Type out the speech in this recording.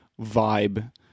vibe